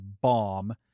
bomb